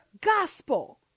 gospel